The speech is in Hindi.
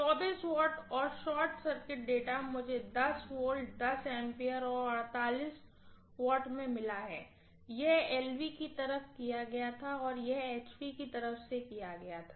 W और शॉर्ट सर्किट डेटा मुझेV A और W में मिला है और यह LV की तरफ किया गया था और यह HV की तरफ से किया गया था